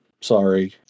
Sorry